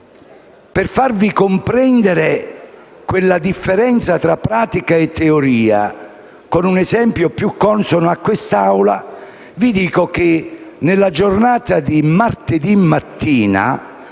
per farvi comprendere la differenza tra pratica e teoria con un esempio più consono a quest'Assemblea, vi dico che nella giornata di martedì mattina